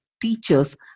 teachers